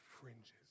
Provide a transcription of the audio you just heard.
fringes